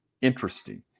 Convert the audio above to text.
interesting